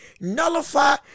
nullify